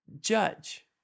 judge